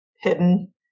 hidden